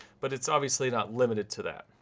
but it's obviously not limited to that.